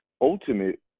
ultimate